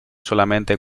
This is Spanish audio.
solamente